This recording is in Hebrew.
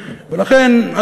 ולכן,